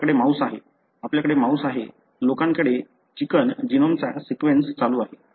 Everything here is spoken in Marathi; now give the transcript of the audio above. तुमच्याकडे माऊस आहे आपल्याकडे माऊस आहे लोकांकडे चिकन जीनोमचा सीक्वेन्स चालू आहे